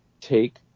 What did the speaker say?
take